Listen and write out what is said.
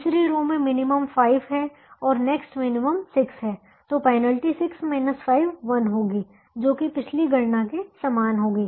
तीसरी रो में मिनिमम 5 और नेक्स्ट मिनिमम 6 है तो पेनल्टी 6 5 1 होगी जो कि पिछली गणना के समान होगी